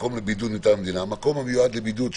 מקום לבידוד מטעם המדינה מקום המיועד לבידוד,